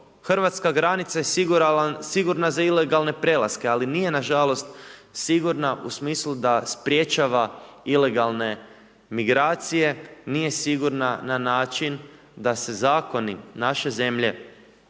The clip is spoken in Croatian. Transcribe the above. Hrvatska granica je sigurna za ilegalne prelaske, ali nije nažalost sigurna u smislu da sprječava ilegalne migracije, nije sigurna na način da se zakoni naše zemlje